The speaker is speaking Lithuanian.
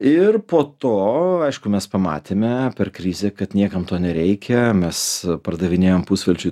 ir po to aišku mes pamatėme per krizę kad niekam to nereikia mes pardavinėjom pusvelčiui